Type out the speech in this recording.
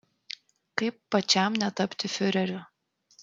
kaip pačiam netapti fiureriu